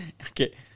okay